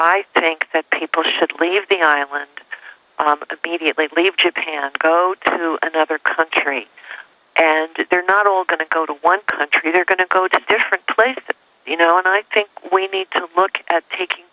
i think that people should leave the island to beat it leave japan go to another country and they're not all going to go to one country they're going to go to different places that you know and i think we need to look at tak